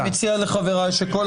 אני מציע לחבריי שכל